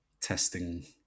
testing